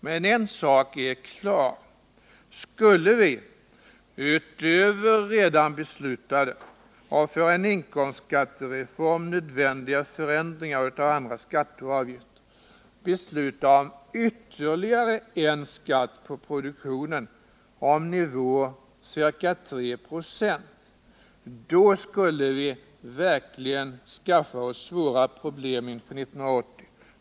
Men en sak är klar: Skulle vi — utöver redan beslutade och för en inkomstskattereform nödvändiga förändringar av andra skatter och avgifter — besluta om ytterligare en skatt på produktionen, på nivån ca 3 ?o, då skulle vi verkligen skaffa oss svåra problem 1980.